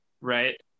right